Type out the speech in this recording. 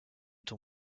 ton